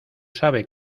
sabe